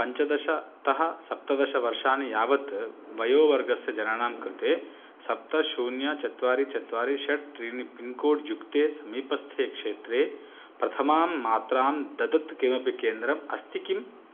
पञ्चदशतः सप्तदशवर्षाणि यावत् वयोवर्गस्य जनानां कृते सप्त शून्यं चत्वारि चत्वारि षड् त्रीणि पिन्कोड्युक्ते समीपस्थे क्षेत्रे प्रथमां मात्रां ददत् किमपि केन्द्रम् अस्ति किम्